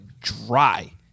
dry